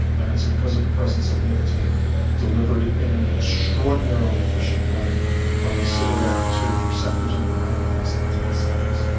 and it's because of the presence of nicotine delivered in an extraordinarily efficient way from the cigarette to receptors in the brain in less than ten seconds.